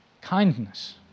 Kindness